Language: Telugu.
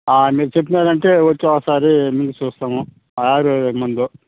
మీరు చెప్పినారు అంటే వచ్చి ఒక సారి మీకు చుపిస్తాము ఆయుర్వేదిక్ మందు